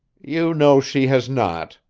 you know she has not,